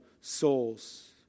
souls